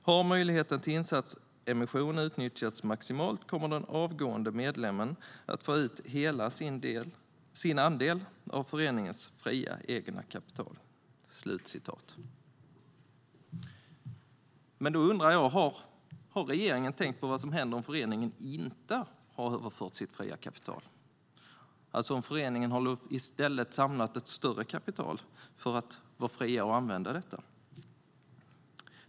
Har möjligheterna till insatsemission utnyttjats maximalt kommer den avgående medlemmen att få ut hela sin andel av föreningens fria egna kapital." Då undrar jag: Har regeringen tänkt på vad som händer om föreningen inte har överfört sitt fria kapital, alltså om föreningen i stället har samlat ett större kapital, för att vara fri att använda detta?